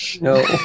No